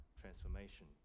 Transformation